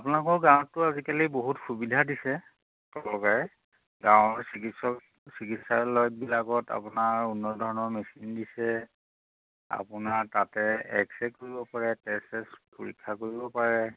আপোনালোকৰ গাঁৱতো আজিকালি বহুত সুবিধা দিছে চৰকাৰে গাঁৱৰ চিকিৎসক চিকিৎসালয়বিলাকত আপোনাৰ উন্ন ধৰণৰ মেচিন দিছে আপোনাৰ তাতে এক্স ৰে কৰিব পাৰে টেষ্ট ছেষ্ট পৰীক্ষা কৰিব পাৰে